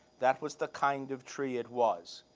that was the kind of tree it was.